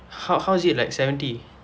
how how is it like seventy